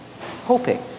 hoping